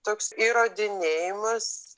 toks įrodinėjimas